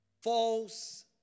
false